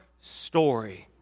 story